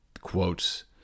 quotes